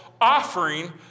offering